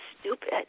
stupid